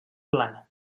plana